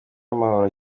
n’amahoro